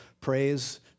praise